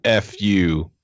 fu